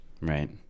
Right